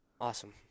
awesome